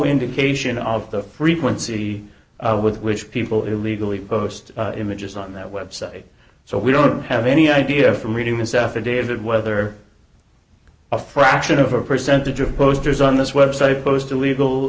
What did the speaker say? indication of the frequency with which people illegally post images on that website so we don't have any idea from reading this affidavit whether a fraction of a percentage of posters on this website opposed illegal